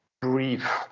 brief